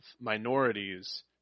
minorities